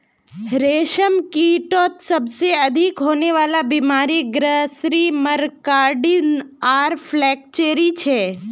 रेशमकीटत सबसे अधिक होने वला बीमारि ग्रासरी मस्कार्डिन आर फ्लैचेरी छे